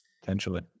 potentially